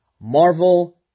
Marvel